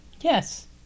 Yes